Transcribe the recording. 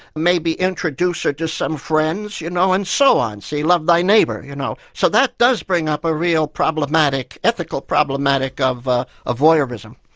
maybe introduce her to some friends, you know, and so on, see, love they neighbour, you know, so that does bring up a real ethical problematic of ah ah voyeurism.